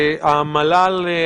המל"ל,